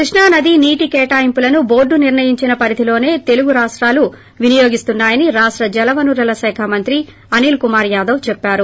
కృష్ణా నది నీటి కేటాయింపులను బోర్లు నిర్ణయించిన పరిధిలోనే రెండు తెలుగు రాష్టాలు వినియోగిస్తున్నా యని రాష్ట జలవనరుల శాఖ మంత్రి అనిల్ కుమార్ యాదవ్ చెప్పారు